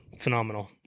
phenomenal